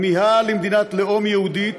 הכמיהה למדינת לאום יהודית